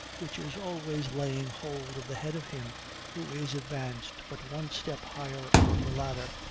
which is always laying hold of the head of him who is advanced but one step higher on the ladder,